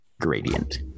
gradient